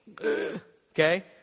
Okay